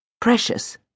Precious